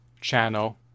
channel